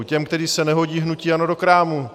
Těch, kteří se nehodí hnutí ANO do krámu.